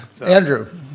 Andrew